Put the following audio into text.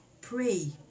Pray